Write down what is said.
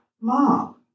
Mom